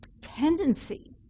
tendency